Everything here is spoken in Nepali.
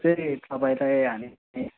फेरि तपाईँ त्यही हामी